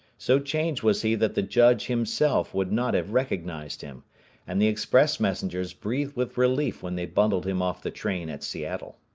so changed was he that the judge himself would not have recognized him and the express messengers breathed with relief when they bundled him off the train at seattle.